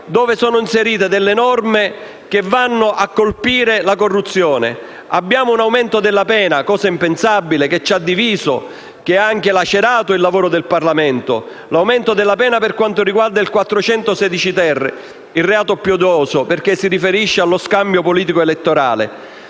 dove sono inserite delle norme che vanno a colpire la corruzione. Abbiamo introdotto un aumento della pena - cosa impensabile, che ci ha diviso e che ha anche lacerato il lavoro del Parlamento - per quanto riguarda l'articolo 416-*ter*, che è il reato più odioso, perché si riferisce allo scambio politico-elettorale.